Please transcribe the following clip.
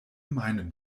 meinen